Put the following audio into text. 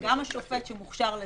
שגם השופט שמוכשר לזה,